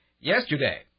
yesterday